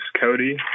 Cody